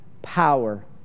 Power